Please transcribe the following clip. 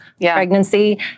pregnancy